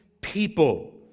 people